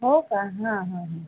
हो का हां हां हां